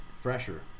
fresher